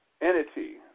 entity